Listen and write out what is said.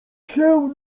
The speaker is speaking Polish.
się